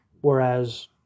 whereas